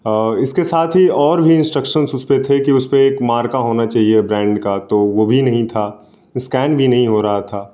उसके साथ ही और भी एक्स्ट्रैक्शन उस पे थे की उस पे एक मार्क का होना चाहिए ब्रैन्ड का तो वो भी नहीं था स्कैन भी नहीं हो रहा था